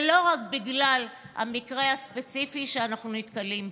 ולא רק בגלל המקרה הספציפי שאנחנו נתקלים בו.